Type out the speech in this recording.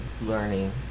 learning